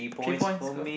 three points go